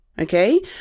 Okay